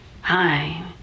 hi